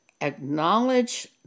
acknowledge